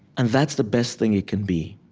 and that's the best thing it can be.